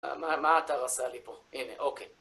מה האתר עשה לי פה? הנה, אוקיי.